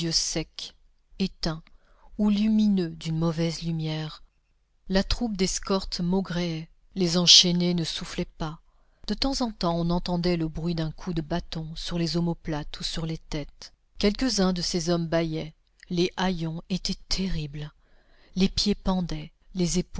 secs éteints ou lumineux d'une mauvaise lumière la troupe d'escorte maugréait les enchaînés ne soufflaient pas de temps en temps on entendait le bruit d'un coup de bâton sur les omoplates ou sur les têtes quelques-uns de ces hommes bâillaient les haillons étaient terribles les pieds pendaient les